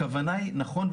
הכוונה היא נכון,